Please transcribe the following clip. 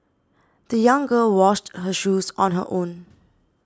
the young girl washed her shoes on her own